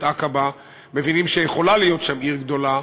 עקבה מבינים שיכולה להיות שם עיר גדולה,